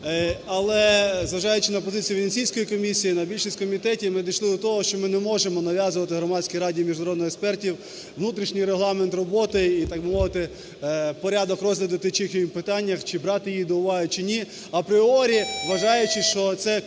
Але, зважаючи на позицію Венеційської комісії, на більшість комітетів, ми дійшли до того, що ми не можемо нав'язувати Громадській раді міжнародних експертів внутрішній регламент роботи і, так би мовити, порядок розгляду тих чи інших питань, чи брати їх до уваги, чи ні, апріорі вважаючи, що це